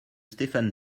stéphane